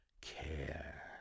care